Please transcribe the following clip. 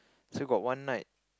so got one night